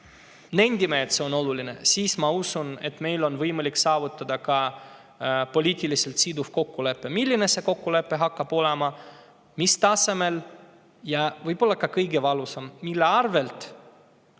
nendime, et see on oluline, siis ma usun, et meil on võimalik saavutada poliitiliselt siduv kokkulepe. Milline see kokkulepe hakkab olema, mis tasemel – ja võib-olla kõige valusam –, mille arvelt,